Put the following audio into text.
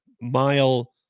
mile